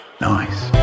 Nice